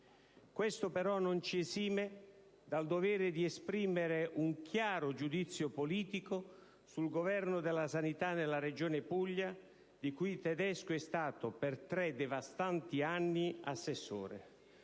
Questo però non ci esime dal dovere di esprimere un chiaro giudizio politico sul governo della sanità nella Regione Puglia, di cui Tedesco è stato per tre, devastanti anni, assessore,